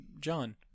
John